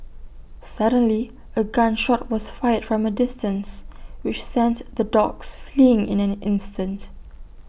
suddenly A gun shot was fired from A distance which sent the dogs fleeing in an instant